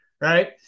right